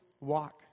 walk